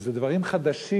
שאלו דברים חדשים,